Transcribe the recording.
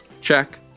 Check